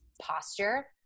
posture